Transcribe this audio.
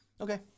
Okay